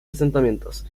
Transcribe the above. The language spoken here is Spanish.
asentamientos